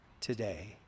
Today